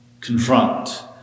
confront